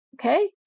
Okay